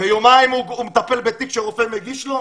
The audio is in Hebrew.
ביומיים הוא מטפל בתיק שרופא מגיש לו?